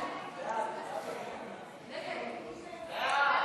ההצעה להעביר את הצעת חוק התקשורת (בזק ושידורים)